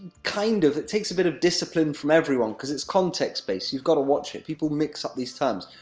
kind of, it takes a bit of discipline from everyone, because it's context based you've got to watch it. people mix up these terms.